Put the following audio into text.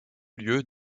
lieu